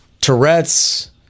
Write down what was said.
Tourette's